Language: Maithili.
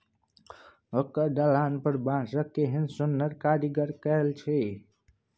ओकर दलान पर बांसक केहन सुन्नर कारीगरी कएल छै